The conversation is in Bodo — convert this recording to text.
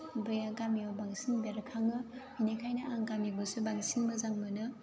बे गामियाव बांसिन बेरखांङो बिनिखायनो आं गामिखौसो बांसिन मोजां मोनो